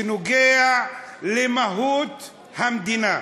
שנוגע במהות המדינה.